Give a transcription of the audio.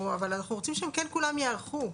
אבל אנחנו כן רוצים שכולם ייערכו.